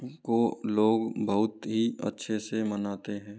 को लोग बहुत ही अच्छे से मनाते हैं